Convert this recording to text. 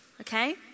okay